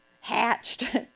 hatched